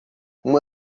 uma